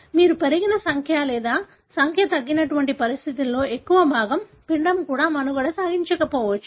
మీరు పెరిగిన సంఖ్య లేదా సంఖ్య తగ్గినటువంటి పరిస్థితులలో ఎక్కువ భాగం పిండం కూడా మనుగడ సాగించకపోవచ్చు